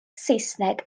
saesneg